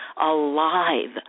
alive